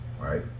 Right